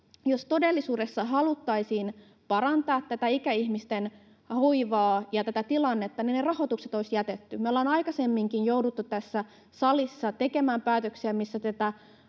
jos todellisuudessa haluttaisiin parantaa ikäihmisten hoivaa ja tätä tilannetta, ne rahoitukset olisi jätetty. Me ollaan aikaisemminkin jouduttu tässä salissa tekemään päätöksiä,